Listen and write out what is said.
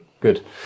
Good